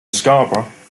scarborough